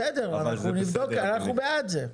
בסדר, אנחנו בעד זה.